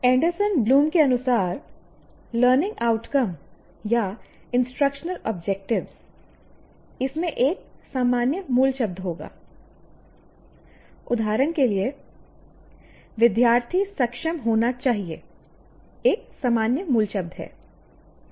Anderson Bloom के अनुसार learning outcome या इंस्ट्रक्शनल ऑब्जेक्टिव्स इसमें एक सामान्य मूलशब्द होगा उदाहरण के लिए विद्यार्थी सक्षम होना चाहिए एक सामान्य मूलशब्द है